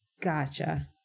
Gotcha